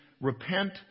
repent